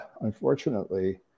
unfortunately